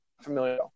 familiar